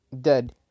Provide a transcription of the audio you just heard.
dead